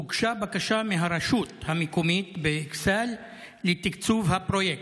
הוגשה בקשה מהרשות המקומית באכסאל לתקצוב הפרויקט.